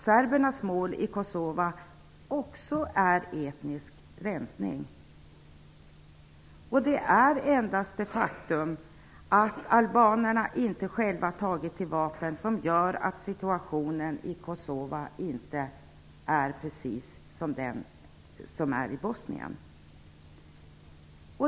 Serbernas mål också i Kosova är etnisk rensning, och det är endast det faktum att albanerna inte själva tagit till vapen som gör att situationen där inte är som i Bosnien.